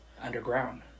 underground